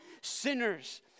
sinners